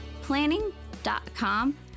Planning.com